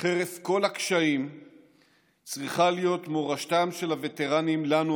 חרף כל הקשיים צריכה להיות מורשתם של הווטרנים לנו,